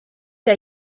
der